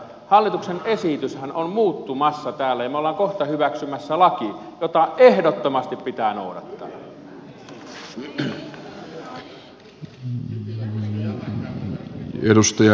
hallituksen esityshän on muuttumassa täällä ja me olemme kohta hyväksymässä lain jota ehdottomasti pitää noudattaa